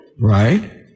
Right